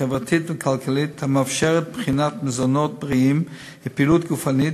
חברתית וכלכלית המאפשרת בחירת מזונות בריאים ופעילות גופנית,